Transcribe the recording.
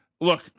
look